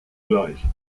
gleich